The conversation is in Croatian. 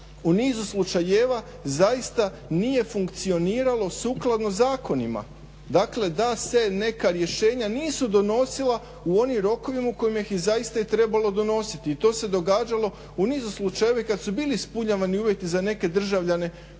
u nizu slučajeva zaista nije funkcioniralo sukladno zakonima. Dakle, da se neka rješenja nisu donosila u onim rokovima u kojima ih je i zaista trebalo donositi. I to se događalo u nizu slučajeva i kad su bili ispunjavani uvjeti za neke državljane